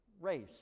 race